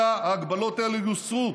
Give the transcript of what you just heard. אלא ההגבלות האלה יוסרו,